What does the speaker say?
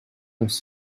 les